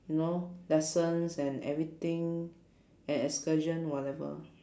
you know lessons and everything and excursion whatever